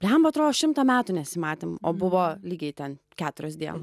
bliamba atrodo šimtą metų nesimatėm o buvo lygiai ten keturios dienos